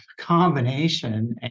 combination